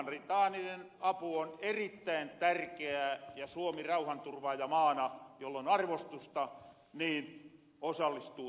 humanitaarinen apu on erittäin tärkeää ja suomi rauhanturvaajamaana jollon arvostusta osallistuu tähän